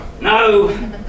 No